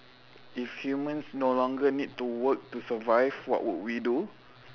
if humans no longer need to work to survive what would we do